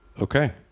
Okay